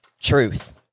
Truth